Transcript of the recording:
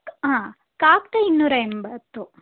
ಹಾಂ ಕಾಕಡ ಇನ್ನೂರ ಎಂಬತ್ತು